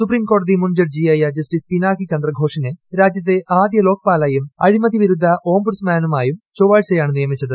സുപ്രീംകോടതി മുൻ ജഡ്ജിയായ ജസ്റ്റിസ് പിനാകി ചന്ദ്രഘോഷിനെ രാജ്യത്തെ ആദ്യ ലോക്പാലായും അഴിമതി വിരുദ്ധ ഓംബുഡ്സ്മാനുമായും ചൊവ്വാഴ്ചയാണ് നിയമിച്ചത്